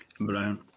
Brian